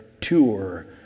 tour